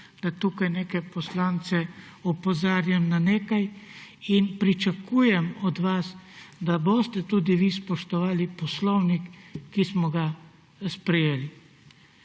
da tukaj poslance opozarjam na nekaj in pričakujem od vas, da boste tudi vi spoštovali poslovnik, ki smo ga sprejeli.